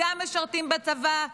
גם משרתים בצבא,